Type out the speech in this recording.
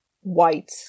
white